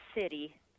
city